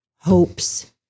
hopes